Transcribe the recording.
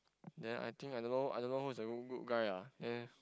then I think I don't know I don't know who's the goo~ good guy ah